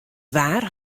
waar